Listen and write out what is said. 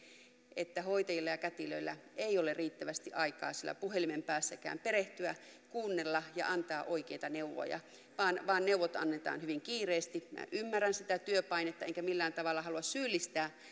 että hoitajilla ja kätilöillä ei ole riittävästi aikaa siellä puhelimen päässäkään perehtyä kuunnella ja antaa oikeita neuvoja vaan vaan neuvot annetaan hyvin kiireesti minä ymmärrän sitä työpainetta enkä millään tavalla halua syyllistää